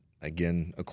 again